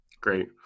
Great